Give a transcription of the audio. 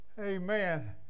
amen